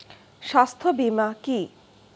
স্বাস্থ্য বীমা কি?